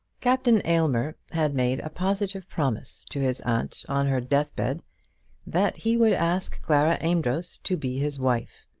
captain aylmer had made a positive promise to his aunt on her deathbed that he would ask clara amedroz to be his wife,